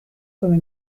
come